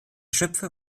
schöpfer